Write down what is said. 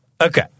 Okay